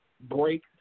break